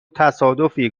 تصادفی